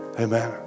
Amen